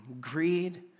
greed